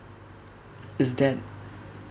is that